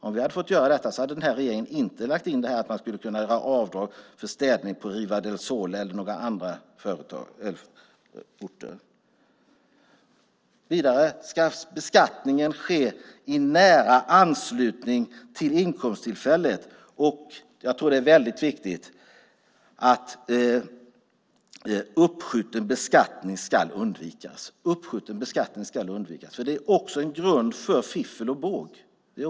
Om vi hade fått göra detta hade den här regeringen inte lagt in att man ska kunna göra avdrag för städning på Riva del Sole eller några andra orter. Vidare ska beskattningen ske i nära anslutning till inkomsttillfället. Jag tror att det är väldigt viktigt att uppskjuten beskattning ska undvikas, för det är också en grund för fiffel och båg.